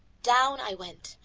down i went,